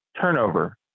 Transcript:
turnover